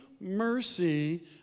mercy